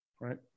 Right